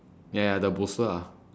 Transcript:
ya ya the bolster ah